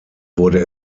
wurde